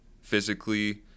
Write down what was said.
physically